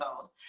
old